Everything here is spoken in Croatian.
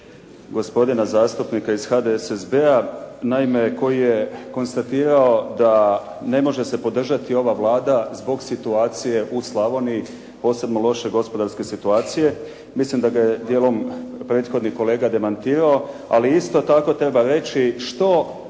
gospodina zastupnika iz HDSSB-a, naime, koji je konstatirao da ne može se podržati ova Vlada zbog situacije u Slavoniji, posebno loše gospodarske situacije. Mislim da ga je dijelom prethodni kolega demantirao. Ali isto tako treba reći što